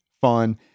fun